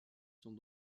sont